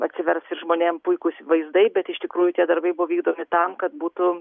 atsivers ir žmonėm puikūs vaizdai bet iš tikrųjų tie darbai buvo vykdomi tam kad būtų